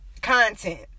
content